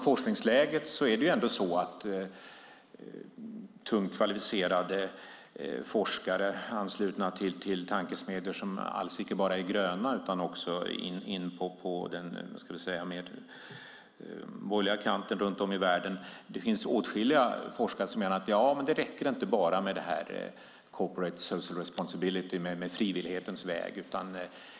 Forskningsläget är sådant att tungt kvalificerade forskare, anslutna till tankesmedjor som alls icke är gröna utan också på den mer borgerliga kanten runt om i världen, menar att det inte bara räcker med Corporate Social Responsibility och med frivillighetens väg.